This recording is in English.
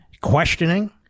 questioning